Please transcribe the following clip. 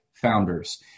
founders